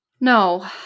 No